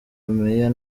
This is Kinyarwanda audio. mayor